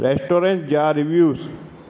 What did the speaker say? restaurants जा reviews